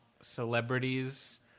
celebrities